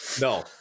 No